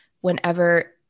whenever